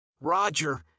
Roger